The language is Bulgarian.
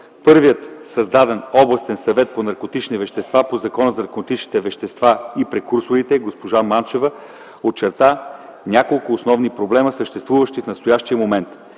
първия създаден Областен съвет по наркотични вещества по Закона за наркотичните вещества и прекурсорите госпожа Манчева очерта няколко основни проблема, съществуващи в настоящия момент.